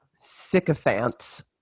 sycophants